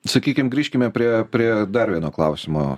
sakykim grįžkime prie prie dar vieno klausimo